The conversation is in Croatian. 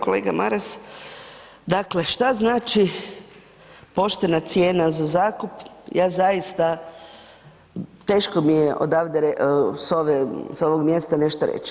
Kolega Maras, dakle, što znači poštena cijena za zakup, ja zaista, teško mi je odavde, s ove, s ovog mjesta nešto reći.